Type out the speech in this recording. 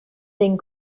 den